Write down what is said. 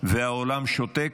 והעולם שותק,